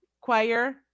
Choir